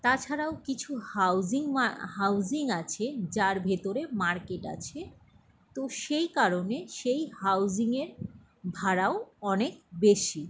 তাছাড়াও কিছু housing housing আছে যার ভেতরে মার্কেট আছে তো সেই কারণে সেই হাউজিংয়ের ভাড়াও অনেক বেশি